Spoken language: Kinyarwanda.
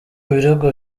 birego